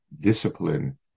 discipline